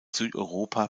südeuropa